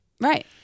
right